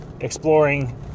exploring